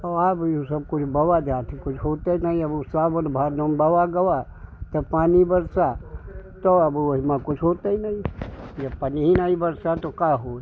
और अब जो सबकुछ बोआ जात है कुछ होता ही नहीं अब वह सावन भादो में बोया गया तब पानी बरसा तो अब उसमें कुछ होता ही नहीं जब पानी ही नहीं बरसा तो क्या होगा